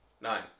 Nine